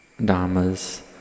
dhammas